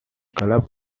club